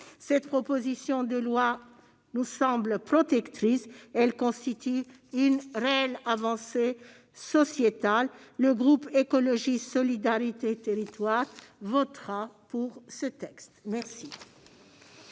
Cette proposition de loi nous semble protectrice ; elle constitue une réelle avancée sociétale. Le groupe Écologiste - Solidarité et Territoires votera ce texte. La